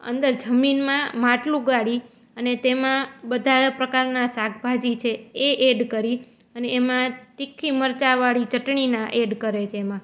અંદર જમીનમાં માટલું ગાળી અને તેમાં બધા પ્રકારના શાકભાજી છે એ એડ કરી અને એમાં તીખી મરચાવાળી ચટણીના એડ કરે છે તેમાં